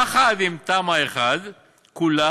יחד עם תמ"א 1 כולה,